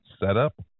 setup